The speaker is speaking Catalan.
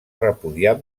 repudiar